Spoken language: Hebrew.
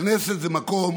הכנסת היא מקום